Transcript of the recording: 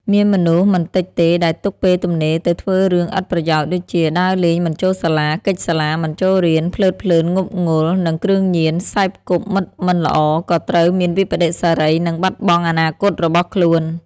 មានមនុស្សមិនតិចទេដែលទុកពេលទំនេរទៅធ្វើរឿងអត់ប្រយោជន៍ ដូចជា ដើរលេងមិនចូលសាលា គេចសាលា មិនចូលរៀន ភ្លើតភ្លើនងប់ងុលនឹងគ្រឿងញៀន សេពគប់មិត្តមិនល្អក៏ត្រូវមានវិប្បដិសារី និងបាត់បង់អនាគតរបស់ខ្លួន ។